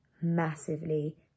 massively